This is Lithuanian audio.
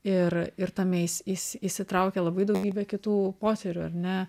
ir ir tame įs įs įsitraukia labai daugybė kitų potyrių ar ne